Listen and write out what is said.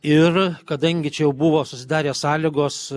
ir kadangi čia jau buvo susidarė sąlygos